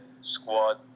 squad